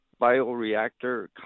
bioreactor